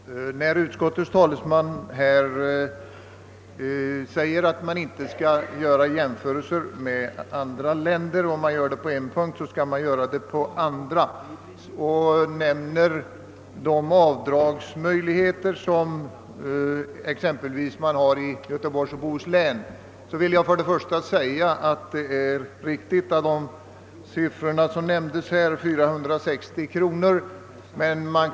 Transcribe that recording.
Herr talman! Utskottets talesman sade nyss att man inte skall göra jämförelser med andra länder, men om man gör det på en punkt skall man också göra det på andra. Han nämnde också de avdragsmöjligheter som finns för fiskare exempelvis i Göteborgs och Bohus län. Det avdrag som då nämndes — högst 460 kronor — är riktigt.